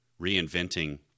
reinventing